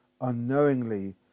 unknowingly